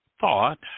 thought